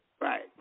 Right